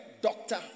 doctor